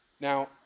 Now